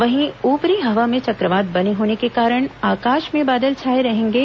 वहीं ऊपरी हवा में चक्रवात बने होने के कारण आकाश में बादल छाए रहेंगे